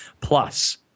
Plus